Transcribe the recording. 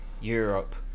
Europe